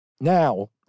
Now